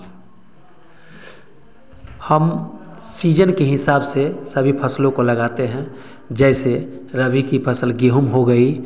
हम सीजन के हिसाब से सभी फ़सलों को लगाते हैं जैसे रवि की फ़सल गेहूँ हो गई